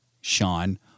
Sean